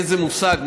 איזה מושג,